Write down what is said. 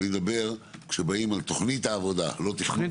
אני מדבר על תכנית העבודה -- תכנית